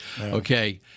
Okay